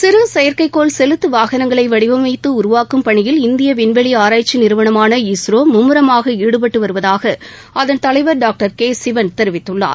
சிறு செயற்கைக்கோள் செலுத்து வாகனங்களை வடிவமைத்து உருவாக்கும் பணியில் இந்திய விண்வெளி ஆராய்ச்சி நிறுவனமான இஸ்ரோ மும்முரமாக ஈடுபட்டு வருவதாக அதன் தலைவர் டாக்டர் கே சிவன் தெரிவித்துள்ளார்